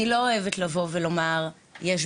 אני לא אוהבת לומר שאני לא יודעת,